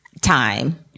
time